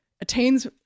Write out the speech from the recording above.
attains